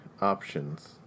options